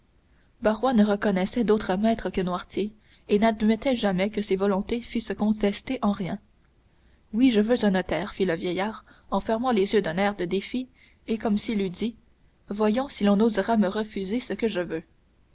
ne reconnaissait d'autre maître que noirtier et n'admettait jamais que ses volontés fussent contestées en rien oui je veux un notaire fit le vieillard en fermant les yeux d'un air de défi et comme s'il eût dit voyons si l'on osera me refuser ce que je veux